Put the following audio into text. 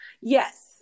Yes